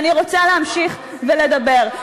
אני רוצה להמשיך ולדבר.